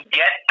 get